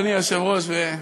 אדוני היושב-ראש,